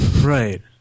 Right